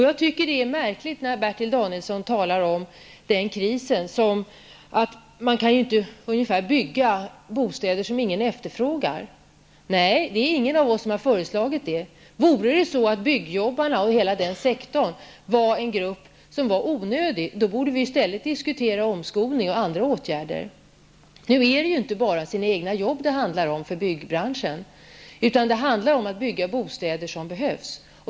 Jag tycker att det är märkligt när Bertil Danielsson talar om den krisen och säger att man inte kan bygga bostäder som inte någon efterfrågar. Det är ingen av oss som har föreslagit det. Om byggjobbarna och alla inom byggsektorn var en grupp som var onödig borde vi i stället diskutera omskolning och andra åtgärder. Nu är det ju inte bara byggbranschens egna jobb det handlar om, utan det handlar om att bygga bostäder som behövs.